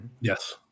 Yes